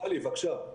טלי, בבקשה.